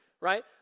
right